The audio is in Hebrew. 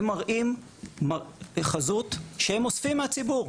הם מראים חזות שהם אוספים מהציבור.